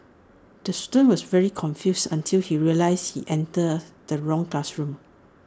the student was very confused until he realised he entered the wrong classroom